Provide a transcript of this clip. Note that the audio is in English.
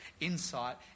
insight